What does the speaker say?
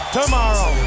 tomorrow